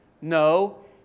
No